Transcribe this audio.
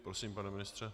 Prosím, pane ministře.